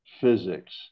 physics